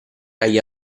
agli